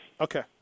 Okay